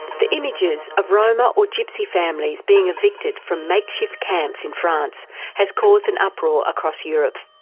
the images of roma or gypsy families being evicted from makeshift camps in france has caused an uproar across europe.